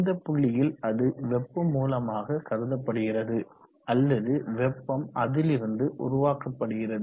இந்த புள்ளியில் அது வெப்ப மூலமாக கருதப்படுகிறது அல்லது வெப்பம் அதிலிருந்து உருவாக்கப்படுகிறது